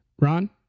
Ron